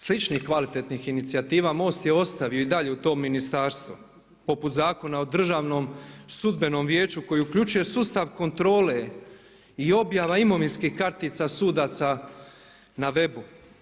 Sličnih kvalitetnih inicijativa MOST je ostavio i dalje u tom ministarstvu poput Zakona o Državnim sudbenom vijeću koji uključuje sustav kontrole i objava imovinskih kartica sudaca na webu.